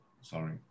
Sorry